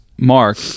Mark